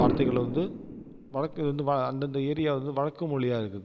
வார்த்தைகள் வந்து வழக்கு வந்து வா அந்தந்த ஏரியாவுல வந்து வழக்கு மொழியா இருக்குது